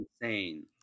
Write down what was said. insane